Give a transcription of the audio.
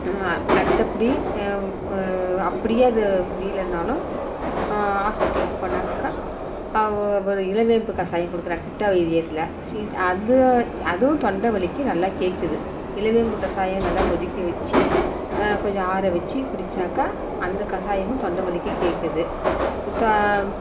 அடுத்த படி அப்படியே அது முடியலனாலும் ஹாஸ்பிட்டலுக்கு போனாக்கால் ஒரு நில வேம்பு கஷாயம் கொடுக்குறாங்க சித்த வைத்தியத்தில் சித்தா அது அதுவும் தொண்டை வலிக்கு நல்லா கேட்குது நில வேம்பு கஷாயம் நல்லா கொதிக்க வச்சு கொஞ்சம் ஆற வச்சு குடித்தாக்கா அந்த கஷாயமும் தொண்டை வலிக்கு கேட்குது தோ